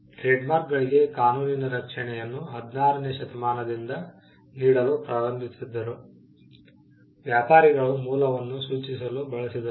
ಟ್ರೇಡ್ಮಾರ್ಕ್ಗಳಿಗೆ ಕಾನೂನಿನ ರಕ್ಷಣೆಯನ್ನು 16 ನೇ ಶತಮಾನದಿಂದ ನೀಡಲು ಪ್ರಾರಂಭಿಸಿದರು ವ್ಯಾಪಾರಿಗಳು ಮೂಲವನ್ನು ಸೂಚಿಸಲು ಬಳಸಿದರು